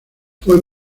fue